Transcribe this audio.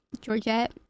Georgette